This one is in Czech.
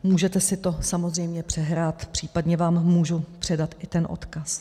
Můžete si to samozřejmě přehrát, případně vám můžu předat i ten odkaz.